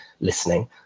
listening